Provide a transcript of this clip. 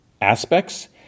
aspects